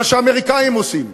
מה שהאמריקנים עושים,